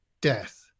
death